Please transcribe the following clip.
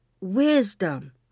wisdom